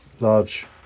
large